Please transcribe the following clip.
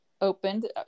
opened